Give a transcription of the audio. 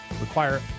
Require